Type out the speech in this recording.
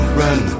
run